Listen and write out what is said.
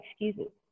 excuses